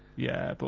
yeah, but,